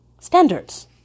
standards